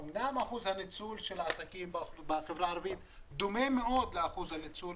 אמנם אחוז הניצול של העסקים בחברה הערבית דומה מאוד לאחוז הניצול,